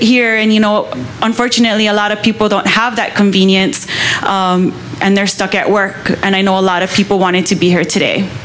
here and you know unfortunately a lot of people don't have that convenience and they're stuck at work and i know a lot of people wanted to be here today